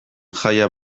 jaia